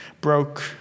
broke